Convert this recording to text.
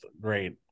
great